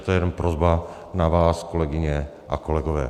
To je jen prosba na vás, kolegyně a kolegové.